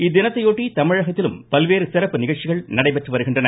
இத்தினத்தையொட்டி தமிழகத்திலும் பல்வேறு சிறப்பு நிகழ்ச்சிகள் நடைபெற்று வருகின்றன